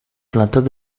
plantas